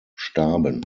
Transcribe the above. starben